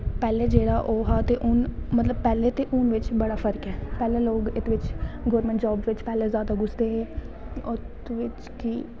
पैह्ले जिसलै ओह् हा ते हून मतलव पैह्ले ते हून बिच्च बड़ा फर्क ऐ पैह्लैं लोग इत्त बिच्च गौरमैंट जॉव बिच्च पैह्लैं जादा गुसदे हे उत्त बिच्च की